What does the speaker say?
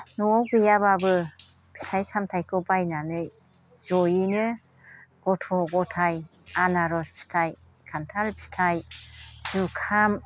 न'आव गैयाबाबो फिथाइ सामथाइखौ बायनानै जयैनो गथ' गथाइ आनारस फिथाइ खान्थाल फिथाइ जुखाम